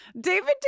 David